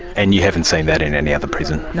and you haven't seen that in any other prison? no,